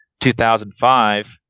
2005